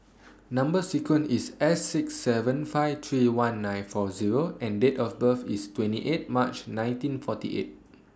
Number sequence IS S six seven five three one nine four Zero and Date of birth IS twenty eight March nineteen forty eight